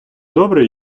добре